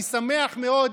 אני שמח מאוד,